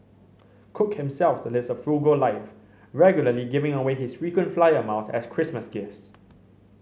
cook himself lives a frugal life regularly giving away his frequent flyer miles as Christmas gifts